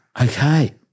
okay